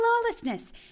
Lawlessness